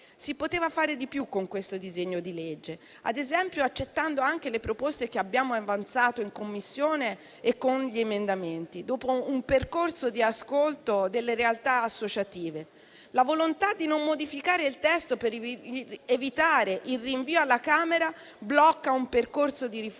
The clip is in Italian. Si poteva fare di più con questo disegno di legge, ad esempio accettando anche le proposte che abbiamo avanzato in Commissione e con gli emendamenti, dopo un percorso di ascolto delle realtà associative. La volontà di non modificare il testo per evitare il rinvio alla Camera blocca un percorso di riforma